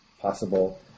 possible